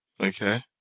okay